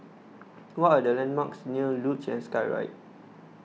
what are the landmarks near Luge and Skyride